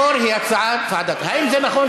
ההצעה היא הצעה להקמת ועדת חקירה פרלמנטרית.